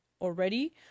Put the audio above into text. already